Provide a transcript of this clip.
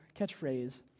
catchphrase